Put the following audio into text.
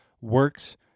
works